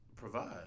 provide